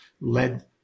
led